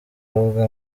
bavuga